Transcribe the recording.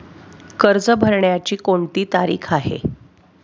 कर्ज भरण्याची कोणती तारीख आहे?